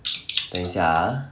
等一下 ah